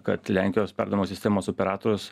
kad lenkijos perdamo sistemos operatorius